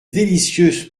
délicieuses